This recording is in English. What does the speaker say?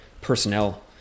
personnel